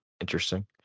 interesting